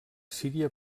síria